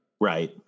Right